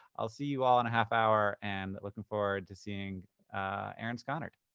i'll see you all in a half hour, and looking forward to seeing aaron skonnard.